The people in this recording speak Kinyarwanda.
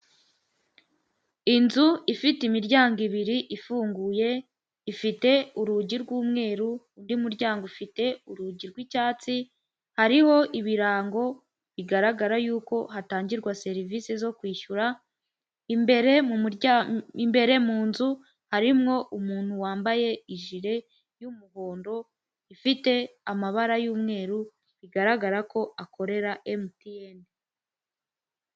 Inzu ifite imiryango ibiri ifunguye ifite urugi rw'umweru undi muryango ufite urugi rw'icyatsi hariho ibirango bigaragara yuko hatangirwa serivisi zo kwishyura, imbere mu nzu harimo umuntu wambaye ijire y'umuhondo ifite amabara y'umweru bigaragara ko akorera emutiyeni.